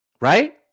Right